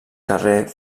carrer